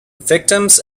victims